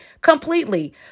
completely